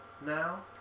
now